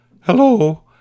hello